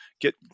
get